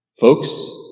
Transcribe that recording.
Folks